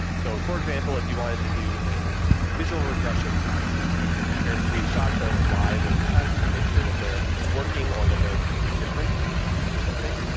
so, for example, if you wanted to do a visual regression test to compare screen-shots of live and test and make sure that they're working or that they're different, because you changed something,